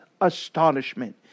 astonishment